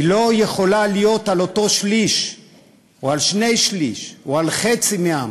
היא לא יכולה להיות על אותו שליש או שני-שלישים או על חצי מהעם.